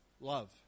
love